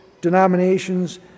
denominations